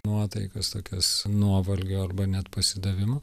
nuotaikas tokias nuovargio arba net pasidavimo